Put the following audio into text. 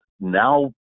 Now